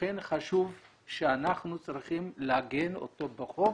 לכן זה חשוב, אנחנו צריכים לעגן אותו בחוק